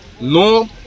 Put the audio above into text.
no